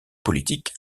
politique